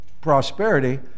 prosperity